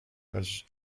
has